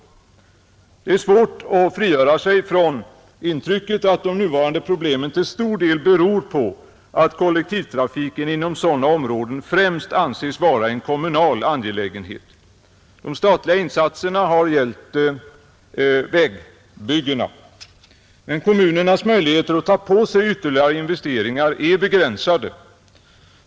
Det är svårt att fria sig från intrycket att de nuvarande problemen till stor del beror på att kollektivtrafiken inom sådana områden främst anses vara en kommunal angelägenhet. De statliga insatserna har gällt vägbyggena, men kommunernas möjligheter att ta på sig ytterligare investeringar är begränsade.